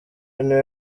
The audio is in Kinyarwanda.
niwe